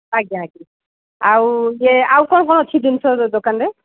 ଆଜ୍ଞା ଆଜ୍ଞା ଆଉ ଇଏ ଆଉ କ'ଣ କ'ଣ ଅଛି ଜିନିଷ ଦୋକାନରେ